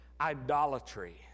idolatry